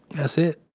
that's it.